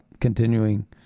continuing